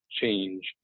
change